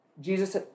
Jesus